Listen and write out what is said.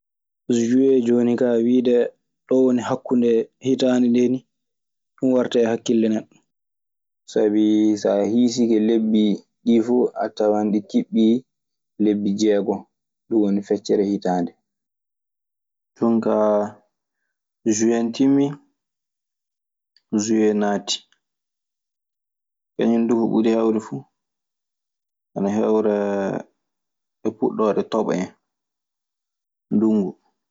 Suee jooni kaa, wiide ɗoo woni hakkunde hitaande ndee ni. Ɗun warta e hakkille neɗɗo. Sabii so a hiisike lebbi ɗii fuu, a tawan ɗi kiɓɓii lebbi jeegon. Ɗun woni feccere hitaande. Jonkaa suen timmii, suee naatii. Kañun duu ko ɓuri heewde fu ana hawraa e puɗɗoode toɓo en, ndunngu.